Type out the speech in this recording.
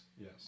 yes